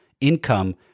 income